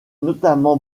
notamment